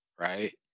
right